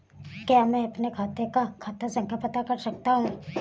क्या मैं अपने खाते का खाता संख्या पता कर सकता हूँ?